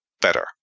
better